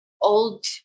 Old